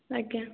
ଆଜ୍ଞା